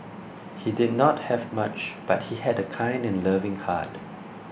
he did not have much but he had a kind and loving heart